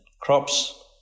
crops